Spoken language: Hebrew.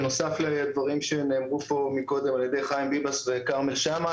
בנוסף לדברים שנאמרו פה קודם על ידי חיים ביבס וכרמל שאמה.